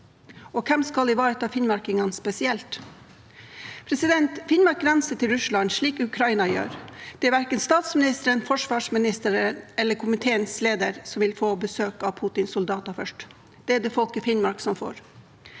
og hvem skal ivareta finnmarkingene spesielt? Finnmark grenser til Russland, slik Ukraina gjør. Det er verken statsministeren, forsvarsministeren eller komiteens leder som vil få besøk av Putins soldater først. Det er det folk i Finnmark som får.